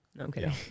Okay